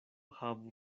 havu